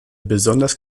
besonders